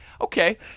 Okay